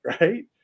Right